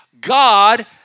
God